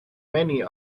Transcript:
many